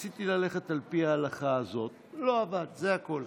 ניסיתי ללכת על פי ההלכה הזאת, לא עבד, זה הכול.